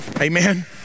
Amen